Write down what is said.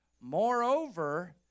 Moreover